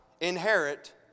inherit